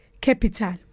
capital